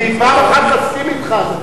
אני פעם אחת מסכים אתך,